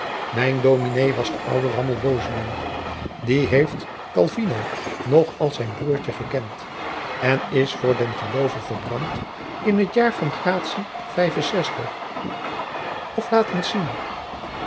mijn dominé was de oude rammelbonzium die heeft calvino nog als zijn broêrtje gekend en is voor den geloove verbrand in t jaar van gratie f laat eens zien